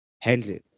handle